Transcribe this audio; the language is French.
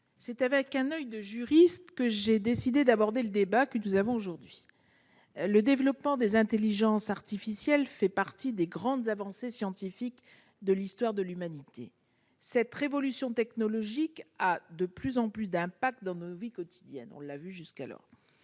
C'est avec un oeil de juriste que j'ai décidé d'aborder le débat que nous avons aujourd'hui. Le développement des intelligences artificielles fait partie des plus grandes avancées scientifiques de l'histoire de l'humanité. Cette révolution technologique a de plus en plus d'impact dans nos vies quotidiennes, on l'a vu.